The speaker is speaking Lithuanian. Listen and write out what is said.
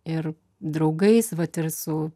ir draugais vat ir su